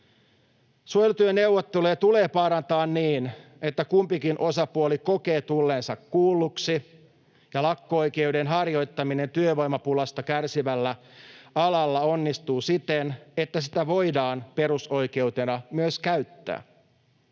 Suojelutyöneuvotteluja tulee parantaa niin, että kumpikin osapuoli kokee tulleensa kuulluksi ja lakko-oikeuden harjoittaminen työvoimapulasta kärsivällä alalla onnistuu siten, että sitä voidaan perusoikeutena myös käyttää.